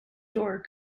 door